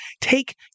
take